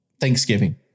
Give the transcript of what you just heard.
Thanksgiving